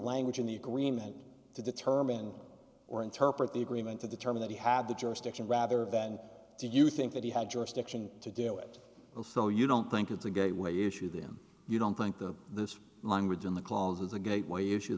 language in the agreement to determine or interpret the agreement to determine that he had the jurisdiction rather than do you think that he had jurisdiction to do it so you don't think it's a gateway issue them you don't think that this language in the clause is a gateway issue